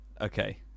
Okay